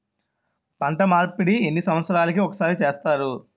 పంట మార్పిడి ఎన్ని సంవత్సరాలకి ఒక్కసారి చేస్తారు?